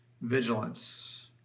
vigilance